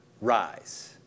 rise